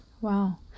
Wow